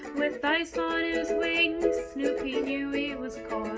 with ice on his wings snoopy knew he was caught